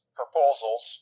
proposals